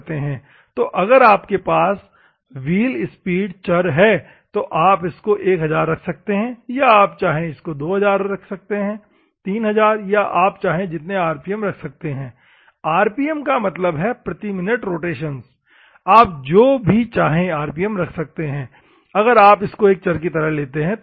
तो अगर आपके पास व्हील स्पीड चर है तो आप इसको 1000 रख सकते हैं या आप चाहे तो इसको 2000 3000 या आप चाहे जितने आरपीएम रख सकते हैं आरपीएमRPM का मतलब है प्रति मिनट रोटेशन्स आप जो भी चाहे आरपीएम रख सकते हैं अगर आप इसको एक चर की तरह लेते है तो